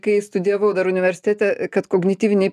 kai studijavau dar universitete kad kognityviniai